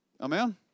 Amen